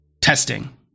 testing